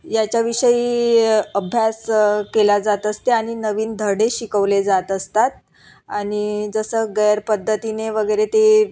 याच्याविषयी अभ्यास केला जात असते आणि नवीन धडे शिकवले जात असतात आणि जसं गैर पद्धतीने वगैरे ते